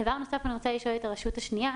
דבר נוסף, אני רוצה לשאול את הרשות השניה,